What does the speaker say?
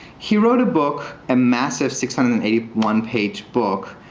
he wrote a book, a massive six hundred and eighty one page book,